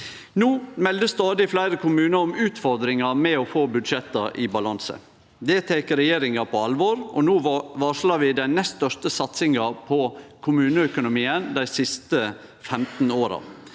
No melder stadig fleire kommunar om utfordringar med å få budsjetta i balanse. Det tek regjeringa på alvor, og no varslar vi den nest største satsinga på kommuneøkonomien dei siste 15 åra.